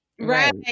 Right